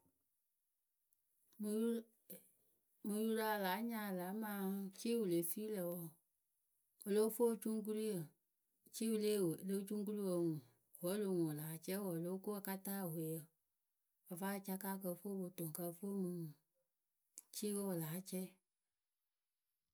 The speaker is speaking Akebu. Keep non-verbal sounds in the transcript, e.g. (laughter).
Mɨŋ (hesitation) mɨŋ yurǝ a láa nyaalɨ lǝ̈ amaa ciwǝ wɨ le fii lǝ̈ wǝǝ o lóo fuu ocuŋkuluyǝ. ciu le ewe lo cukuluŋwǝ oŋuŋ vǝ́ o lo ŋuŋ wɨ laa cɛ wǝǝ o lóo ko a ka taa eweyǝ.Ǝ facaka kɨ ǝ fɨ o po toŋ kɨ ǝ fɨ o mɨ ŋuŋ ciwe wɨ láa cɛ.